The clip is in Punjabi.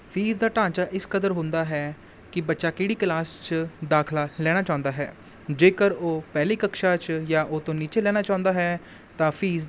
ਫੀਸ ਦਾ ਢਾਂਚਾ ਇਸ ਕਦਰ ਹੁੰਦਾ ਹੈ ਕਿ ਬੱਚਾ ਕਿਹੜੀ ਕਲਾਸ 'ਚ ਦਾਖਲਾ ਲੈਣਾ ਚਾਹੁੰਦਾ ਹੈ ਜੇਕਰ ਉਹ ਪਹਿਲੀ ਕਕਸ਼ਾ 'ਚ ਜਾਂ ਉਹ ਤੋਂ ਨੀਚੇ ਲੈਣਾ ਚਾਹੁੰਦਾ ਹੈ ਤਾਂ ਫੀਸ